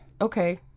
okay